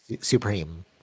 Supreme